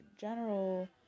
general